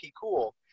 cool